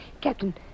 Captain